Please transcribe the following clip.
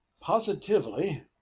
POSITIVELY